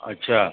अच्छा